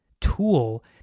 tool